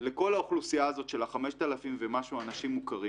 לכל האוכלוסיה הזאת של 5,000 ומשהו מוכרים